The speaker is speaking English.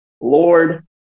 Lord